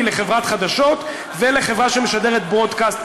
לחברת חדשות ולחברה שמשדרת ברודקאסט,